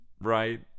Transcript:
right